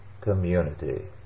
community